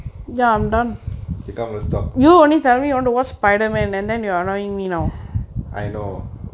become let's stop I know